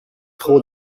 trop